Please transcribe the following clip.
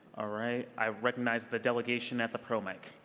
ah right. i recognize the delegation at the pro mic.